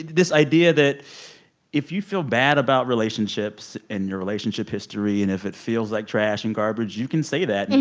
this idea that if you feel bad about relationships and your relationship history, history, and if it feels like trash and garbage, you can say that and,